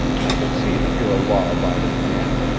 i can see that you're a law-abiding man.